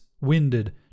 winded